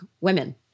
women